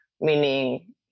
meaning